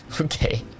Okay